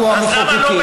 אנחנו המחוקקים.